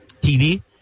TV